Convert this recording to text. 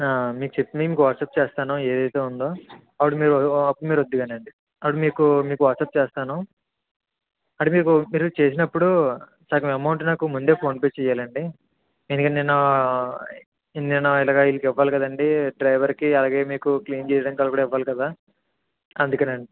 మీకు చెప్పి నేను మీకు వాట్సప్ చేస్తాను ఏదైతే ఉందో అప్పుడు మీరొ అప్పుడు మీరు వద్దురు కాని అండి అప్పుడు మీకు మీకు వాట్సప్ చేస్తాను అంటే మీకు మీరు చేసినప్పుడు సగం అమౌంట్ నాకు ముందే ఫోన్పే చెయ్యాలండి ఎందుకంటే నేను నేను ఇలాగ వీళ్ళకి ఇవ్వాలి కదండి డ్రైవర్కి అలాగే మీకు క్లీన్ చెయ్యడానికి వాళ్ళకి కూడా ఇవ్వాలి కదా అందుకేనండి